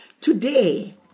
Today